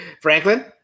Franklin